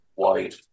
White